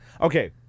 okay